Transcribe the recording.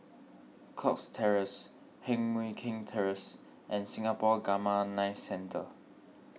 Cox Terrace Heng Mui Keng Terrace and Singapore Gamma Knife Centre